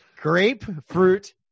grapefruit